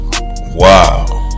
Wow